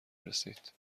رسید